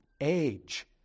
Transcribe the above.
age